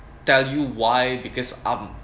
tell you why because I'm